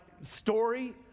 story